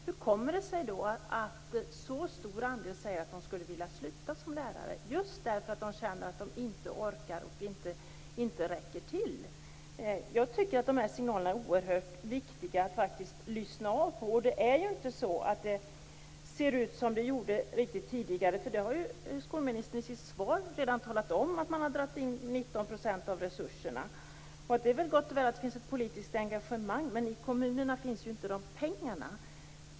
Hur kommer det sig då att en så stor andel av lärarna säger att de skulle vilja sluta just för att de känner att de inte orkar och inte räcker till? Jag tycker att det är oerhört viktigt att faktiskt lyssna på de här signalerna. Det är ju inte riktigt så att det ser ut som det gjorde tidigare. Skolministern talade ju redan i sitt svar om att man har dragit in 19 % av resurserna. Det är väl gott och väl att det finns ett politiskt engagemang. Men pengarna finns ju inte i kommunerna.